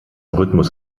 rhythmus